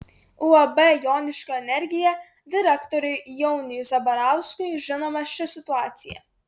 uab joniškio energija direktoriui jauniui zabarauskui žinoma ši situacija